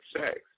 sex